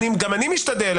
גם אני משתדל,